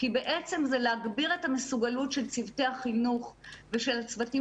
כי בעצם זה להגביר את המסוגלות של צוותי החינוך ושל הצוותים